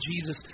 Jesus